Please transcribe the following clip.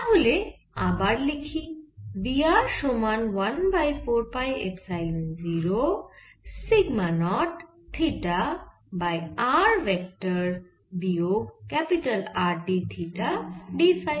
তাহলে আবার লিখি V r সমান 1বাই 4 pi epsilon 0 sigma 0 theta by r vector বিয়োগ R d theta d phi